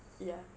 ya